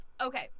Okay